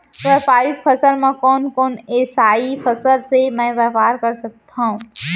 व्यापारिक फसल म कोन कोन एसई फसल से मैं व्यापार कर सकत हो?